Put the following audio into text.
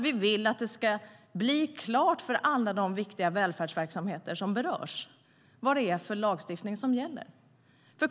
Vi vill att det ska bli klart för alla de viktiga välfärdsverksamheter som berörs vad det är för lagstiftning som gäller.